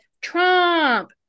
Trump